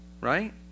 right